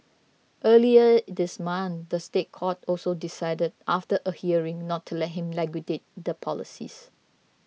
earlier this month the State Court also decided after a hearing not to let him liquidate the policies